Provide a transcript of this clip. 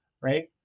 Right